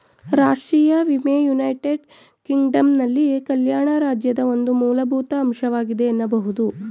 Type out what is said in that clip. ರಾಷ್ಟ್ರೀಯ ವಿಮೆ ಯುನೈಟೆಡ್ ಕಿಂಗ್ಡಮ್ನಲ್ಲಿ ಕಲ್ಯಾಣ ರಾಜ್ಯದ ಒಂದು ಮೂಲಭೂತ ಅಂಶವಾಗಿದೆ ಎನ್ನಬಹುದು